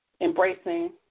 embracing